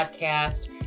podcast